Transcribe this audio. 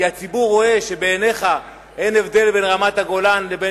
כי הציבור רואה שבעיניך אין הבדל בין רמת-הגולן לבין